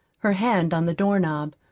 her hand on the doorknob.